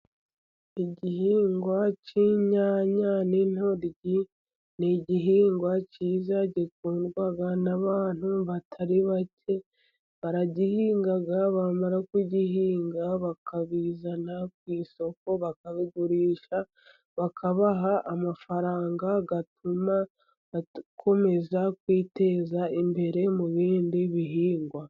Igihingwa cy'inyanya n'intoryi ni igihingwa cyiza gikundwa n'abantu batari bake, baragihinga, bamara kugihinga bakabizana ku isoko bakabigurisha, bakabaha amafaranga, atuma akomeza kwiteza imbere, mu bindi bihingwa.